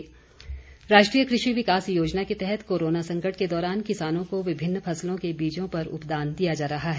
कृषि उपदान राष्ट्रीय कृषि विकास योजना के तहत कोरोना संकट के दौरान किसानों को विभिन्न फसलों के बीजों पर उपदान दिया जा रहा है